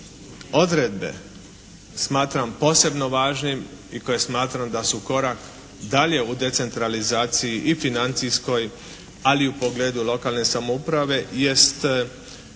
odredbe smatram posebno važnim i koje smatram da su korak dalje u decentralizaciji i financijskoj ali u pogledu lokalne samouprave jest